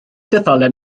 detholiad